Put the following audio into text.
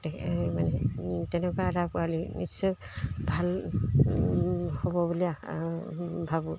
তে মানে তেনেকুৱা এটা পোৱালি নিশ্চয় ভাল হ'ব বুলি আশা ভাবোঁ